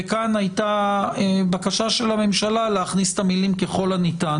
וכאן הייתה בקשה של הממשלה להכניס את המילים "ככול הניתן"